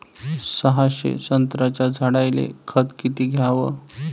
सहाशे संत्र्याच्या झाडायले खत किती घ्याव?